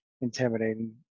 intimidating